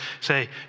say